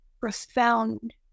profound